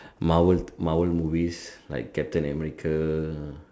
Marvel Marvel movies like captain-America